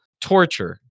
torture